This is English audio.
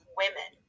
women